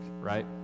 right